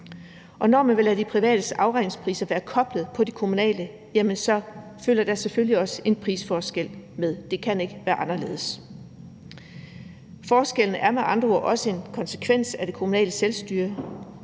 Når man vil have de privates afregningspriser til at være koblet på de kommunale, følger der selvfølgelig også en prisforskel med – det kan ikke være anderledes. Forskellen er med andre ord også en konsekvens af det kommunale selvstyre